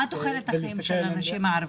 מה תוחלת החיים של הנשים הערביות?